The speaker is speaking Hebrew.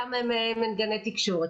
כמה מהם גני תקשורת?